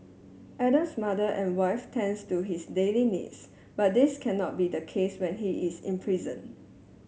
Adam's mother and wife tends to his daily needs but this cannot be the case when he is imprisoned